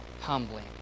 Humbling